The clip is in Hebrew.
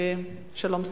שלום שמחון.